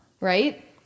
Right